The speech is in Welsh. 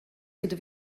gyda